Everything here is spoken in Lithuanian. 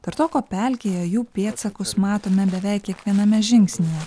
tartoko pelkėje jų pėdsakus matome beveik kiekviename žingsnyje